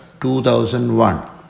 2001